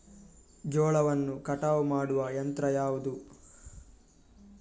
ಜೋಳವನ್ನು ಕಟಾವು ಮಾಡುವ ಯಂತ್ರ ಯಾವುದು?